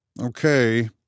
Okay